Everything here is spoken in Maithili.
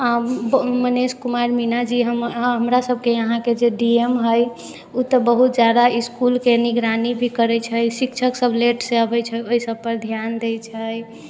मनीष कुमार मीणा जी हमरासभके यहाँके जे डी एम हइ ओ तऽ बहुत ज्यादा इस्कुलके निगरानी भी करै छै शिक्षकसभ लेटसँ अबै छै ओहिसभपर ध्यान दै छै